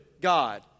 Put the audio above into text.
God